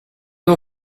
non